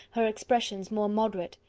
her expressions more moderate!